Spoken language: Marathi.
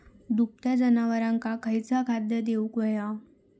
दुभत्या जनावरांका खयचा खाद्य देऊक व्हया?